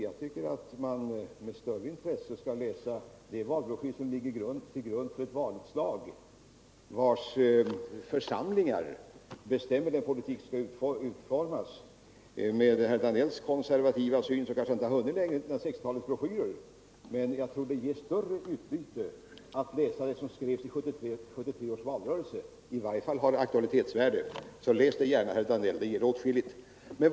Jag tycker att man har anledning att med större intresse läsa de valbroschyrer som låg till grund för det senaste valutslaget. Det är ju det som har avgjort sammansättningen av de församlingar som bestämmer den politik som skall föras på detta område. Herr Danell med sitt konservativa synsätt har kanske inte hunnit längre än till 1960-talets broschyrer. Men jag tror att det ger större utbyte att läsa vad som skrevs i 1973 års valrörelse. I varje fall har det fortfarande aktualitet. Läs det gärna, herr Danell! Det ger åtskilligt!